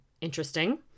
interesting